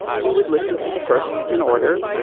you would listen to the first in order.